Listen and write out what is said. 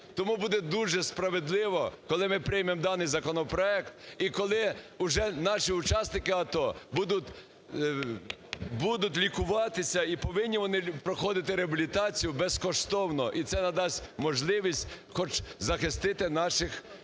Тому буде дуже справедливо, коли ми приймемо даний законопроект і коли уже наші учасники АТО будуть лікуватися і повинні вони проходити реабілітацію безкоштовно. І це надасть можливість хоч захистити наших інвалідів,